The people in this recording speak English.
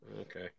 Okay